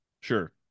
sure